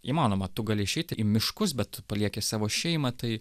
įmanoma tu gali išeit ir į miškus bet tu palieki savo šeimą tai